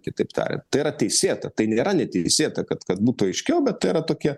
kitaip tariant tai yra teisėta tai nėra neteisėta kad kad būtų aiškiau bet tai yra tokie